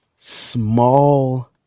small